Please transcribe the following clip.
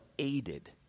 Aided